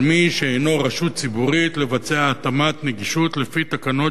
על מי שאינו רשות ציבורית לבצע התאמת נגישות לפי תקנות